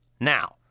Now